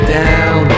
down